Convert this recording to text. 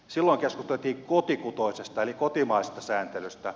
silloin keskusteltiin kotikutoisesta eli kotimaisesta sääntelystä